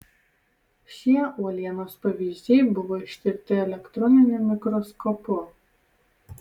šie uolienos pavyzdžiai buvo ištirti elektroniniu mikroskopu